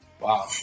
Wow